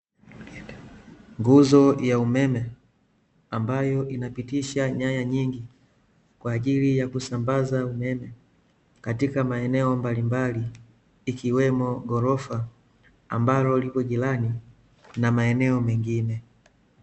Nguzo ya umeme, ambayo inapitisha nyaya nyingi, kwa ajili ya kusambaza umeme, katika maeneo mbalimbali, ikiwemo ghorofa, ambalo liko jirani na maeneo mengine.